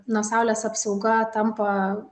nuo saulės apsauga tampa